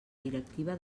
directiva